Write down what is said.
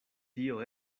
tio